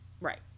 Right